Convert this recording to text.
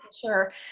sure